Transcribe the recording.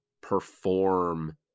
perform